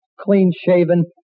clean-shaven